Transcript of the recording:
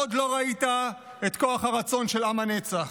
עוד לא ראית את כוח הרצון של עם הנצח.